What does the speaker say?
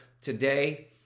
today